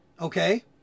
okay